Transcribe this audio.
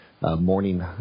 morning